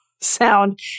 sound